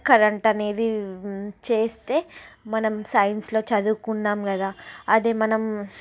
current అనేది చేస్తే మనం సైన్సులో చదువుకున్నాం కదా అదే మనం